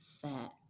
Fat